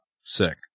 sick